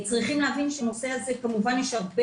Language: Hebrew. צריכים להבין שבנושא הזה כמובן יש הרבה